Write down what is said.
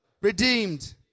redeemed